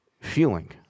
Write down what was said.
feeling